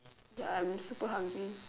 ya I'm super hungry